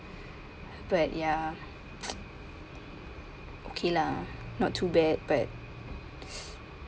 but ya okay lah not too bad but